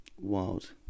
Wild